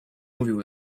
mówił